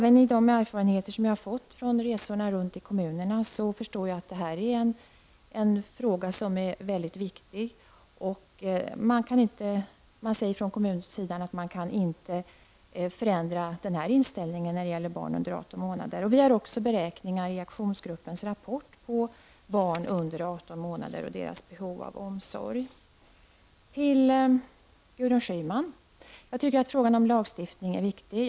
Enligt de erfarenheter jag har fått av resorna runt i kommunerna är det här en fråga som är mycket viktig. Man säger från kommunsidan att man inte kan förändra inställningen när det gäller barn under 18 månader. Vi har också i aktionsgruppens rapport beräkningar som gäller barn under 18 månader och deras behov av omsorg. Till Gudrun Schyman vill jag säga att jag tycker att frågan om lagstiftning är viktig.